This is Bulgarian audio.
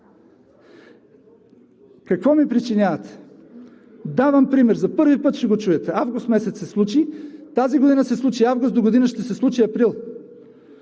Какво ми причинявате? Давам пример: за първи път ще го чуете – август месец се случи. Тази година се случи август, догодина ще се случи април.